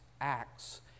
acts